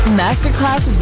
masterclass